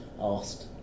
asked